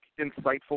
insightful